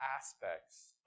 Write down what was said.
aspects